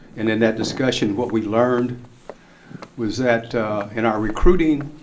in in that discussion what we learned was that in our recruiting,